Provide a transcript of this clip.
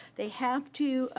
they have to,